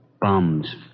Bums